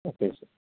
okay sir